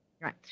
Right